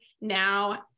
now